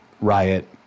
riot